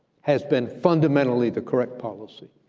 has been fundamentally the correct policy,